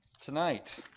tonight